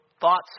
thoughts